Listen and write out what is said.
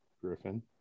Griffin